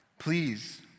Please